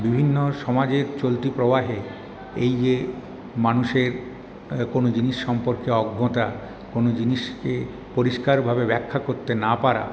বিভিন্ন সমাজের চলতি প্রবাহে এই যে মানুষের কোনো জিনিস সম্পর্কে অজ্ঞতা কোনো জিনিসকে পরিষ্কার ভাবে ব্যাখ্যা করতে না পারা